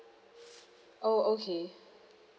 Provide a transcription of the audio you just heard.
oh okay